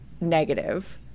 negative